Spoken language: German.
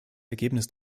ergebnis